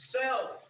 self